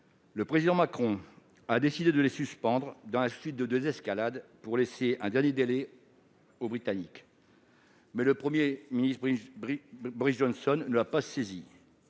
le président Macron a décidé de les suspendre dans un souci de désescalade, pour laisser un dernier délai aux Britanniques. Le Premier ministre Boris Johnson n'a pas saisi